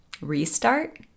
restart